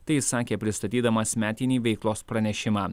tai sakė pristatydamas metinį veiklos pranešimą